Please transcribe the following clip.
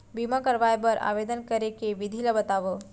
बीमा करवाय बर आवेदन करे के विधि ल बतावव?